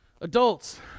Adults